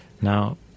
Now